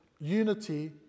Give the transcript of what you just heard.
unity